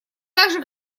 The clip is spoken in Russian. также